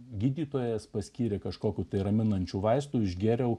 gydytojas paskyrė kažkokių tai raminančių vaistų išgėriau